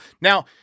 Now